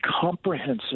comprehensive